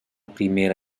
primera